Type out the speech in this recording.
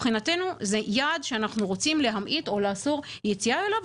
מבחינתנו זה יעד שאנחנו רוצים להמעיט או לאסור יציאה אליו.